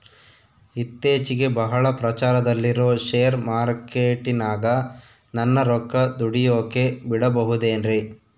ಇತ್ತೇಚಿಗೆ ಬಹಳ ಪ್ರಚಾರದಲ್ಲಿರೋ ಶೇರ್ ಮಾರ್ಕೇಟಿನಾಗ ನನ್ನ ರೊಕ್ಕ ದುಡಿಯೋಕೆ ಬಿಡುಬಹುದೇನ್ರಿ?